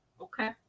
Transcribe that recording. Okay